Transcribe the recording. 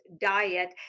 diet